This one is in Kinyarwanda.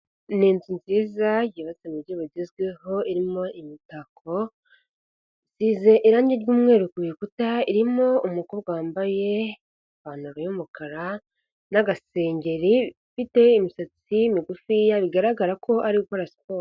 Ni inzu nziza yubatse mu buryo bugezweho irimo imitako, isize irange ry'umweru ku bikuta, irimo umukobwa wambaye ipantaro y'umukara n'agasengeri afite imisatsi migufi bigaragara ko ari gukora siporo.